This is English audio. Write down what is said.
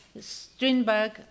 Strindberg